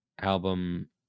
album